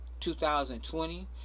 2020